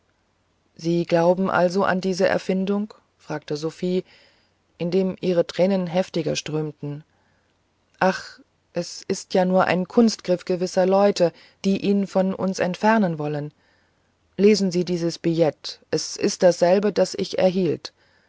sie glauben also an diese erfindung fragte sophie indem ihre tränen heftiger strömten ach es ist ja nur ein kunstgriff gewisser leute die ihn von uns entfernen wollten lesen sie dieses billet es ist dasselbe das ich erhielt